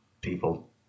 people